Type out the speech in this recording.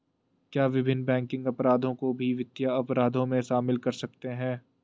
क्या विभिन्न बैंकिंग अपराधों को भी वित्तीय अपराधों में शामिल कर सकते हैं?